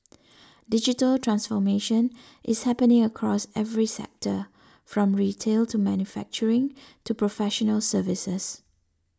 digital transformation is happening across every sector from retail to manufacturing to professional services